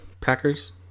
Packers